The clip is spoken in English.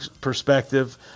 perspective